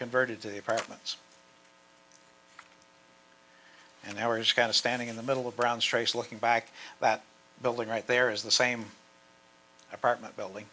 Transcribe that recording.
converted to apartments and there was kind of standing in the middle of brown's trace looking back that building right there is the same apartment building